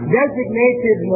designated